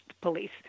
police